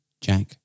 jack